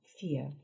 fear